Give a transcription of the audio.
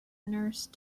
nurse